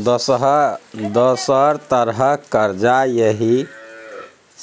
दोसर तरहक करजा